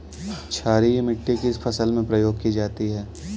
क्षारीय मिट्टी किस फसल में प्रयोग की जाती है?